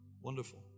wonderful